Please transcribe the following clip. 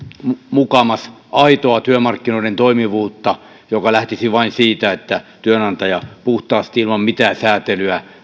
mukamas aitoa työmarkkinoiden toimivuutta joka lähtisi vain siitä että työnantaja puhtaasti ilman mitään sääntelyä